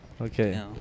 Okay